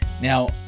Now